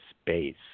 space